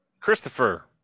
Christopher